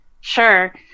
Sure